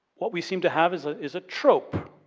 what we seem to have is ah is a trope,